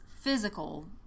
physical